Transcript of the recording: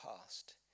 past